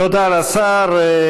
תודה לשר.